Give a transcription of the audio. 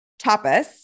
tapas